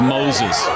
Moses